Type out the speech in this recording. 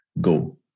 Go